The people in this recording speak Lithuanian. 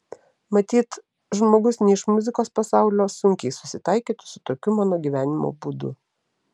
matyt žmogus ne iš muzikos pasaulio sunkiai susitaikytų su tokiu mano gyvenimo būdu